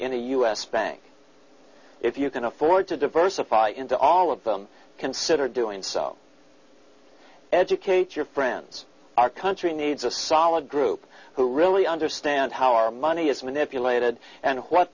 us bank if you can afford to diversify into all of them consider doing so educate your friends our country needs a solid group who really understand how our money is manipulated and what